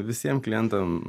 visiem klientam